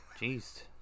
Jeez